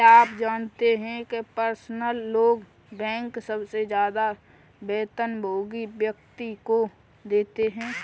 क्या आप जानते है पर्सनल लोन बैंक सबसे ज्यादा वेतनभोगी व्यक्ति को देते हैं?